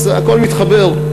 אז הכול מתחבר.